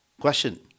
Question